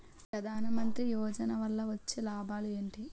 ప్రధాన మంత్రి యోజన వల్ల వచ్చే లాభాలు ఎంటి?